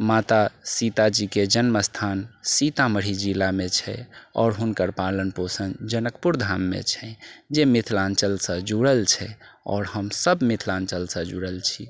माता सीता जीके जन्म स्थान सीतामढ़ी जिलामे छै आओर हुनकर पालन पोषण जनकपुर धाममे छैन्ह जे मिथिलाञ्चलसँ जुड़ल छै आओर हम सभ मिथिलाञ्चलसँ जुड़ल छी